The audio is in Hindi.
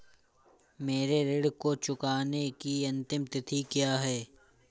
मेरे ऋण को चुकाने की अंतिम तिथि क्या है?